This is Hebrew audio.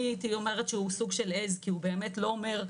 הייתי אומרת שהוא סוג של עז כי הוא באמת לא אומר,